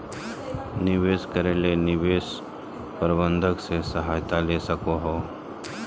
निवेश करे ले निवेश प्रबंधक से सहायता ले सको हो